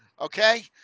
okay